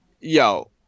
yo